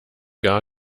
gar